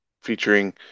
featuring